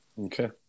Okay